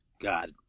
God